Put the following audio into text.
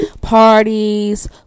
parties